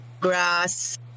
grass